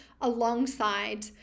alongside